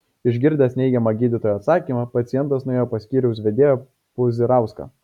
išgirdęs neigiamą gydytojos atsakymą pacientas nuėjo pas skyriaus vedėją puzirauską